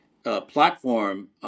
platform